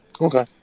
Okay